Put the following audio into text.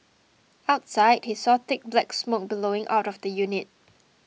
outside he saw thick black smoke billowing out of the unit